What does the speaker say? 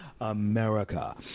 America